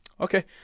Okay